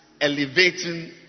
elevating